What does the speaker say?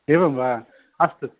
एवं वा अस्तु